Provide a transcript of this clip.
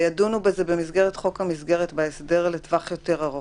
וגם ידונו בזה במסגרת חוק המסגרת לטווח זמן יותר ארוך,